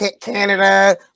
Canada